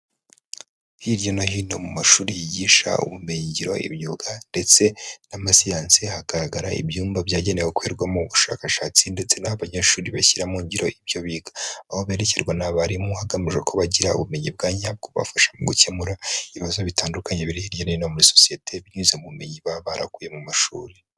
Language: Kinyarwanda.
Hirya no hino mu mashuri yigisha ubumenyigiro, imyuga ndetse n'amasiyansi, hagaragara ibyumba byagenewe gukorerwamo ubushakashatsi ndetse n'aho abanyeshuri bashyira mu ngiro ibyo biga. Aho berekerwa n'abarimu hagamijwe ko bagira ubumenyi bwa nyabwo, bubafasha mu gukemura ibibazo bitandukanye biri hirya no hino muri sosiyete, binyuze mu bumenyi baba barakuye mu mashuri.